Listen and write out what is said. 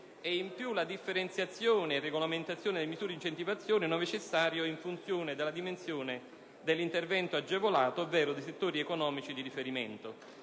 oltre alla differenziazione e alla regolamentazione delle misure di incentivazione, ove necessario, in funzione della dimensione dell'intervento agevolato ovvero dei settori economici di riferimento.